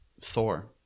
Thor